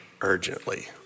urgently